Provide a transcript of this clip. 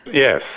yes,